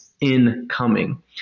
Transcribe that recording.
incoming